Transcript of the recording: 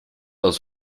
aus